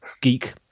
geek